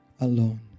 Alone